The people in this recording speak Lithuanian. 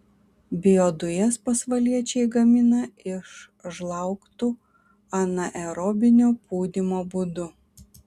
biodujas pasvaliečiai gamina iš žlaugtų anaerobinio pūdymo būdu